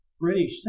British